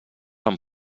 amb